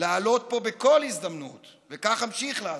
להעלות פה בכל הזדמנות וכך אמשיך לעשות,